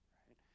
right